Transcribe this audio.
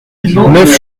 neuf